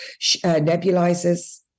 nebulizers